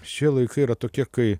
šie laikai yra tokie kaip